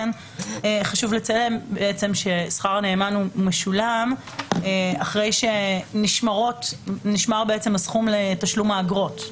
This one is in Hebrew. ששכר הנאמן משולם אחרי שנשמר הסכום לתשלום האגרות.